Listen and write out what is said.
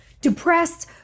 Depressed